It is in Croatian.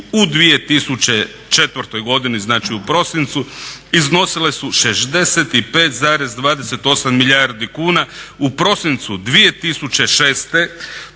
u 2004. godini, znači u prosincu iznosile su 65,28 milijardi kuna, u prosincu 2006. taj